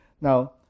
Now